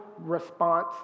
response